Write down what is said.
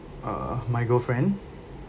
uh my girlfriend